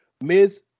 ms